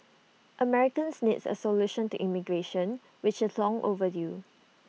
Americans needs A solution to immigration which is long overdue